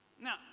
Now